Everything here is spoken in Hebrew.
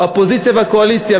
האופוזיציה והקואליציה,